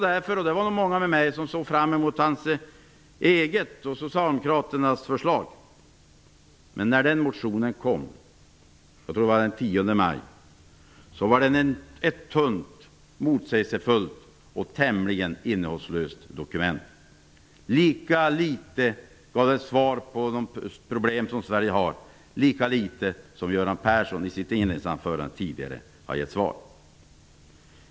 Det var nog många med mig som såg fram emot hans eget och socialdemokraternas förslag. När den motionen kom, jag tror det var den 10 maj, var den ett tunt, motsägelsefullt och tämligen innehållslöst dokument. Den gav lika litet svar på de problem Sverige har som Göran Persson i sitt inledningsanförande tidigare här i dag.